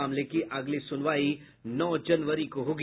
मामले की अगली सुनवाई नौ जनवरी को होगी